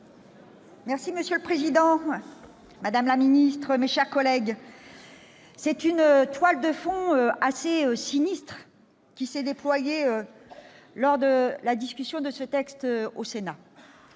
Monsieur le président, madame la ministre, mes chers collègues, c'est une toile de fond bien sinistre qui s'est déployée lors de la discussion de ce texte au Sénat.